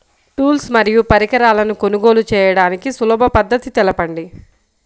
Tools మరియు పరికరాలను కొనుగోలు చేయడానికి సులభ పద్దతి తెలపండి?